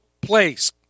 place